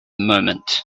moment